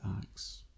Acts